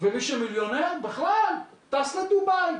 ומי שמיליונר בכלל טס לדובאי,